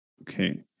okay